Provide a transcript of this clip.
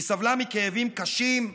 היא סבלה מכאבים קשים,